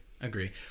agree